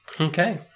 Okay